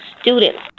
students